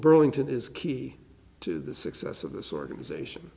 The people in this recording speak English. burlington is key to the success of this organization